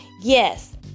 yes